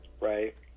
right